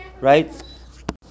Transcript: right